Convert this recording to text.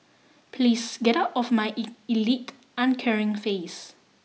please get out of my elite uncaring face